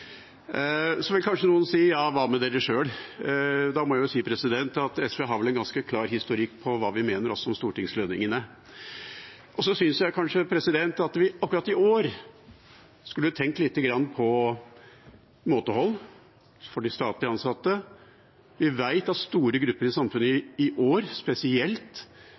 Så vil kanskje noen si: Ja, hva med dere sjøl? Da må jeg si at SV vel har en ganske klar historikk på hva vi mener også om stortingslønningene. Jeg synes at vi akkurat i år skulle tenkt litt på måtehold for de statlig ansatte. Vi vet at store grupper i samfunnet, i år spesielt,